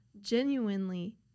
genuinely